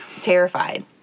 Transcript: terrified